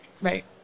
Right